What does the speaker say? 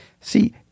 See